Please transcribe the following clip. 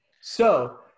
so-